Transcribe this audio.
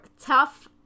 Tough